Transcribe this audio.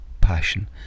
passion